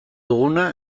duguna